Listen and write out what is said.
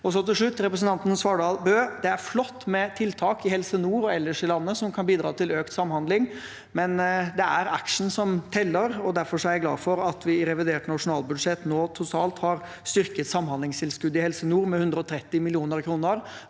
til. Til slutt til representanten Svardal Bøe: Det er flott med tiltak i Helse nord og ellers i landet som kan bidra til økt samhandling, men det er action som teller. Derfor er jeg glad for at vi i revidert nasjonalbudsjett nå totalt har styrket samhandlingstilskuddet i Helse nord med 130 mill. kr.